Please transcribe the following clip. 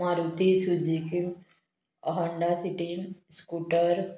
Maruti Suzuki Honda City scooter